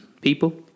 people